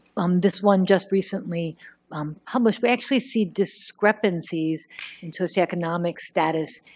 um this one just recently um published, we actually see discrepancies in socioeconomic status,